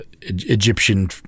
Egyptian